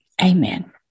Amen